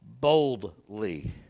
boldly